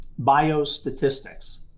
Biostatistics